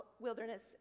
wilderness